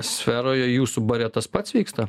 sferoje jūsų bare tas pats vyksta